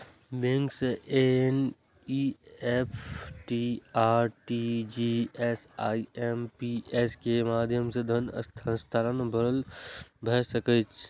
bank सं NEFT, RTGS, IMPS के माध्यम सं धन हस्तांतरण भए सकैए